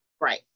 Right